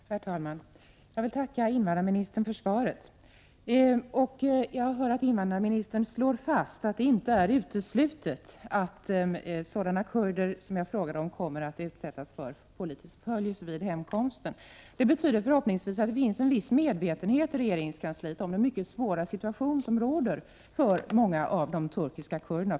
Herr talman! Jag tackar invandrarministern för svaret. Invandrarministern slår fast att det inte är uteslutet att sådana kurder som jag har frågat om kommer att utsättas för politisk förföljelse vid hemkomsten till Turkiet. Förhoppningsvis betyder det att det finns en viss medvetenhet i regeringskansliet om den mycket svåra situation som råder när det gäller många av de turkiska kurderna.